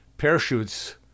parachutes